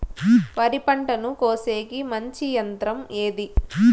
వరి పంటను కోసేకి మంచి యంత్రం ఏది?